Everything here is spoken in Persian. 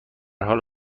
حال